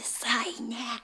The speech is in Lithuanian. visai ne